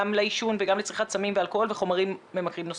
גם לעישון וגם לצריכת סמים ואלכוהול וחומרים ממכרים נוספים.